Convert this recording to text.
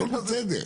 הכל בסדר.